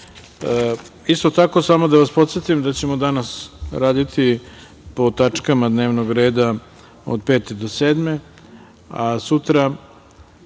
tako, samo da vas podsetim da ćemo danas raditi po tačkama dnevnog reda od 5. do 7,